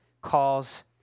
calls